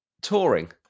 touring